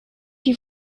you